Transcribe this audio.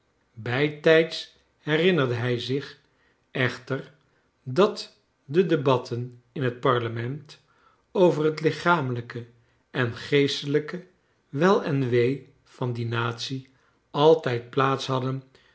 bijtijds herinnerde hij zich echechter dat de debatten in het parlement over het lichamelijk en geestelijk wel en wee van die natie altijd plaats hadden